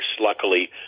Luckily